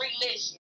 religion